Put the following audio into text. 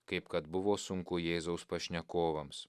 kaip kad buvo sunku jėzaus pašnekovams